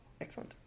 Excellent